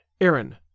Aaron